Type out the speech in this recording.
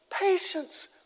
patience